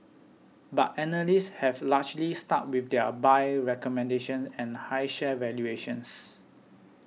but analysts have largely stuck with their buy recommendations and high share valuations